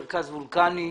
מרכז וולקני.